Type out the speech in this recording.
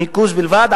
ניקוז בלבד,